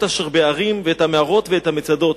אשר בהרים ואת המערות ואת המצדות.